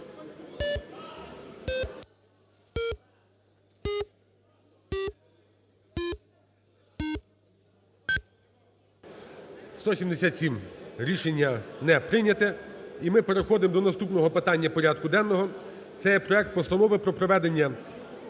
За-177 Рішення не прийнято. І ми переходимо до наступного питання порядку денного. Це є проект Постанови про проведення